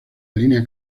línea